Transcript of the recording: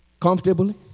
comfortably